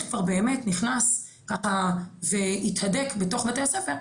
כבר באמת נכנס והתהדק בתוך בתי הספר,